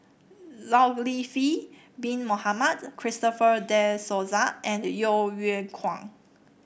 Zulkifli Bin Mohamed Christopher De Souza and Yeo Yeow Kwang